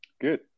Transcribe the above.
Good